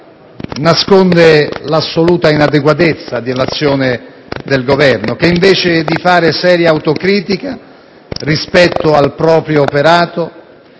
nasconde l'assoluta inadeguatezza dell'azione di Governo, che invece di fare seria autocritica rispetto al proprio operato,